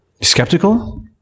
skeptical